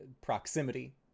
proximity